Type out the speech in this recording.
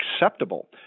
acceptable